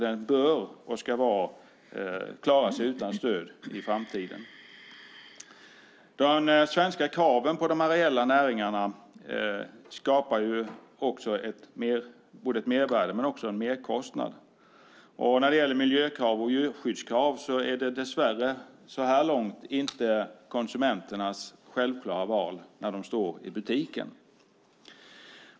Den ska klara sig utan stöd i framtiden. De svenska kraven på de areella näringarna skapar både ett mervärde och en merkostnad. Miljökrav och djurskyddskrav är dess värre inte något självklart för konsumenterna när de står i butiken.